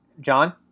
John